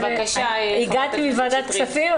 הגעתי מוועדת כספים,